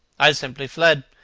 i simply fled.